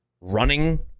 running